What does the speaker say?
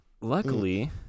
luckily